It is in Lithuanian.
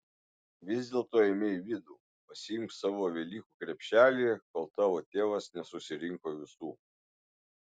vis dėlto eime į vidų pasiimk savo velykų krepšelį kol tavo tėvas nesusirinko visų